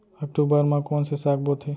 अक्टूबर मा कोन से साग बोथे?